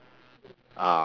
ah